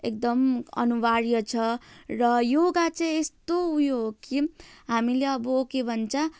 एकदम अनिवार्य छ र योगा चाहिँ यस्तो उयो हो किन हामीले अब के भन्छ